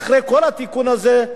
אחרי כל התיקון הזה,